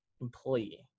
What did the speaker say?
employee